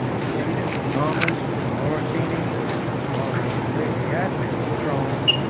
seated thomas morosini on the ecclesiastical throne,